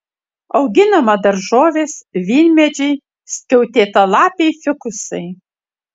auginama daržovės vynmedžiai skiautėtalapiai fikusai